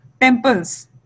temples